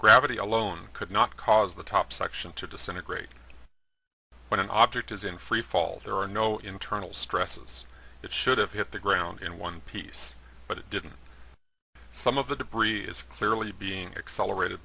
gravity alone could not cause the top section to disintegrate when an object is in freefall there are no internal stresses it should have hit the ground in one piece but it didn't some of the debris is clearly being accelerated